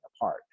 apart